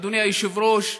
אדוני היושב-ראש,